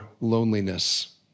loneliness